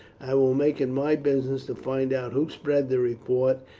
i will make it my business to find out who spread the report,